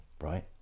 right